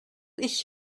ich